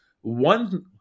one